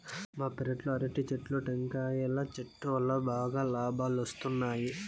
మా పెరట్లో అరటి చెట్లు, టెంకాయల చెట్టు వల్లా బాగా లాబాలొస్తున్నాయి